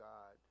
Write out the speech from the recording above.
God